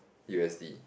u_s_d